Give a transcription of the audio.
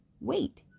Wait